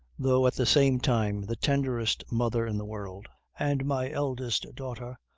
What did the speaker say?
though at the same time the tenderest mother in the world, and my eldest daughter,